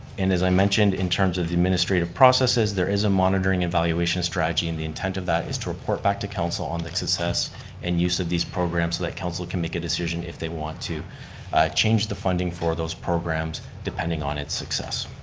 and as i mentioned in terms of the administrative processes, there is a monitoring evaluation strategy and the intent of that is to report back to council on the like success and use of these programs so that council can make a decision if they want to change the funding for those programs depending on its success.